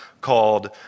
called